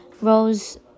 Rose